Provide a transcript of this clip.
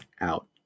out